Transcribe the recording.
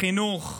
בחינוך,